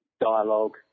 dialogue